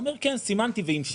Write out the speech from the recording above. הוא אומר, כן, סימנתי והמשכתי.